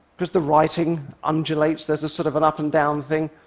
because the writing undulates. there's a sort of an up and down thing,